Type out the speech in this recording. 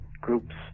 groups